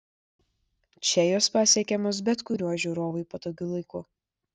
čia jos pasiekiamos bet kuriuo žiūrovui patogiu laiku